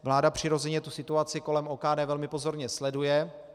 Vláda přirozeně situaci kolem OKD velmi pozorně sleduje.